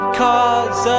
cause